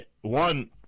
one